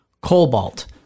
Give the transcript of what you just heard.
Cobalt